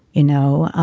you know,